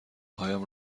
هایم